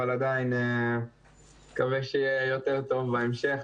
אבל עדיין אני מקווה שיהיה יותר טוב בהמשך.